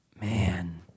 Man